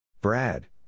Brad